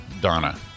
Donna